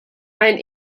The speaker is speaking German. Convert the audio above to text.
ein